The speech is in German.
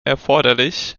erforderlich